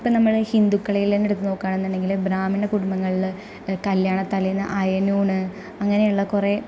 ഇപ്പം നമ്മളെ ഹിന്ദുക്കളുടെയിൽ തന്നെ എടുത്തു നോക്കുകയാണെന്നുണ്ടെങ്കിൽ ബ്രാഹ്മണ കുടുംബങ്ങളിൽ കല്യാണത്തലേന്ന് അയനൂൺ അങ്ങനെയുള്ള കുറേ